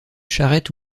charrette